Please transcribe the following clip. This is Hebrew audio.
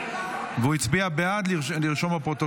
חברות ברזל)